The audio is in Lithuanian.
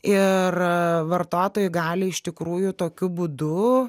ir vartotojai gali iš tikrųjų tokiu būdu